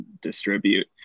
distribute